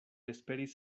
esperis